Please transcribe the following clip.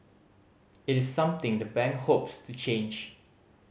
it is something the bank hopes to change